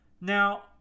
Now